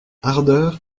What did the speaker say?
ardeur